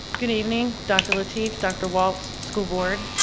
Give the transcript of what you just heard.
good evening dr. lateef, dr. walts, school board.